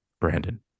Brandon